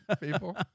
people